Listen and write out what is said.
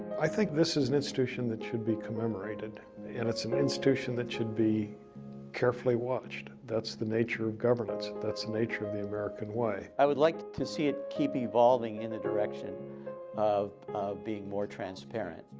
i think this is an institution that should be commemorated and it's an an institution that should be carefully watched. that's the nature of governance. that's the nature of the american way. i would like to see it keep evolving in the direction of being more transparent,